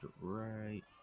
right